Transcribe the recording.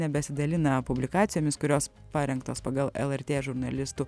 nebesidalina publikacijomis kurios parengtos pagal lrt žurnalistų